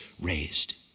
raised